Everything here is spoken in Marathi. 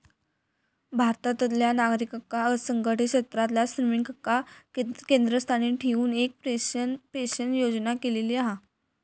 भारतातल्या नागरिकांका असंघटीत क्षेत्रातल्या श्रमिकांका केंद्रस्थानी ठेऊन एक पेंशन योजना केलेली हा